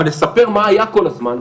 אבל לספר מה היה כל הזמן,